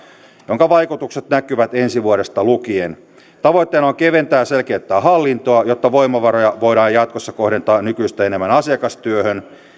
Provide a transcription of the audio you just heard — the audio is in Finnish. jonka vaikutukset näkyvät ensi vuodesta lukien tavoitteena on keventää ja selkeyttää hallintoa jotta voimavaroja voidaan jatkossa kohdentaa nykyistä enemmän asiakastyöhön